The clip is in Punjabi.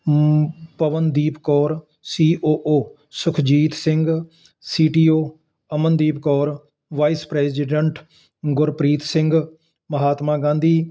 Pawandeep Kaur C O O Sukhjit Singh C T O Amandeep Kaur vice president Gurpreet Singh Mahatma Gandhi